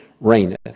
reigneth